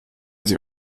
sie